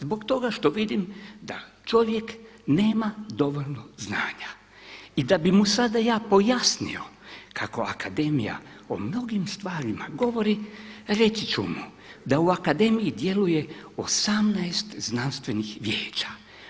Zbog toga što vidim da čovjek nema dovoljno znanja i da bi mu sada ja pojasnio kako akademija o mnogim stvarima govori, reći ću mu da u akademiji djeluje 18 znanstvenih vijeća.